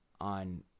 on